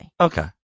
Okay